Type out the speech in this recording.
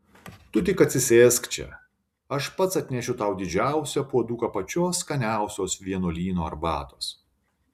tu tik atsisėsk čia aš pats atnešiu tau didžiausią puoduką pačios skaniausios vienuolyno arbatos